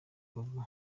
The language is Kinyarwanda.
bobo